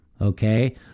okay